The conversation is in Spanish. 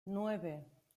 nueve